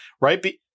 right